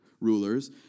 rulers